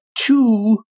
two